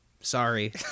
Sorry